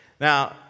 Now